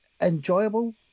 enjoyable